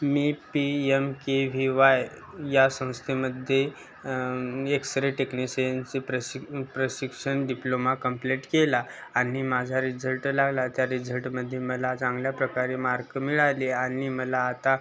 मी P M K V Y या संस्थेमध्ये X ray टेक्निशियनचे प्रशिक् प्रशिक्षण डिप्लोमा कंप्लेट केला आणि माझा रिझल्ट लागला त्या रिझल्टमध्ये मला चांगल्या प्रकारे मार्क मिळाले आणि मला आता